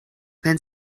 wenn